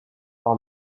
par